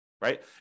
right